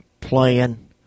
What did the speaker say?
playing